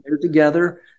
together